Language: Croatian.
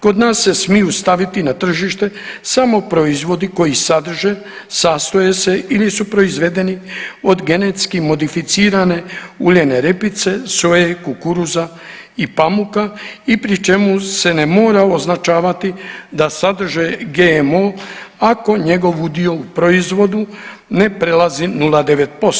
Kod nas se smiju staviti na tržište samo proizvodi koji sadrže, sastoje se ili su proizvedeni od genetski modificirane uljene repice, soje, kukuruza i pamuka i pri čemu se ne mora označavati da sadrže GMO ako njegov udio u proizvodu ne prelazi 0,9%